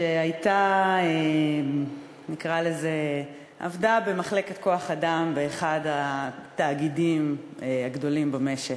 שעבדה במחלקת כוח-אדם באחד התאגידים הגדולים במשק.